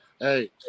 hey